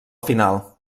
final